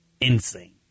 Insane